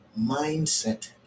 mindset